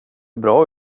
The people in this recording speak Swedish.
bra